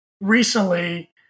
recently